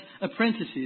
apprentices